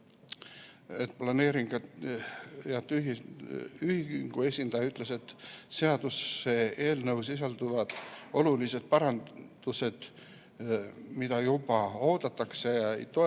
planeerijate uühingu esindaja ütles, et seaduseelnõus sisalduvad olulised parandused, mida juba oodatakse, ega toetanud